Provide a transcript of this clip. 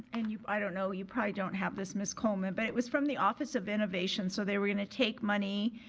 and, i don't know, you probably don't have this ms. coleman but it was from the office of innovations. so they were gonna take money